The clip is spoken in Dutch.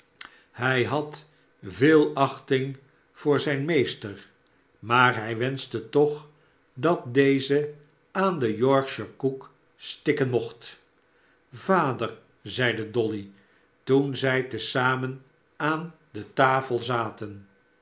hij had veel achting voor zijn meester maar hij wenschte toch dat deze aan den yorkshirekoek stikken mocht vader zeide dolly toen zij te zamen aan de tafel zaten